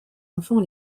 enfants